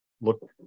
look